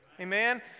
Amen